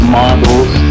models